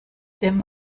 dem